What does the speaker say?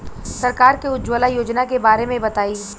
सरकार के उज्जवला योजना के बारे में बताईं?